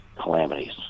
calamities